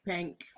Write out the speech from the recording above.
Pink